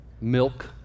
milk